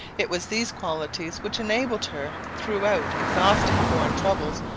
it was these qualities which enabled her, throughout exhausting foreign troubles,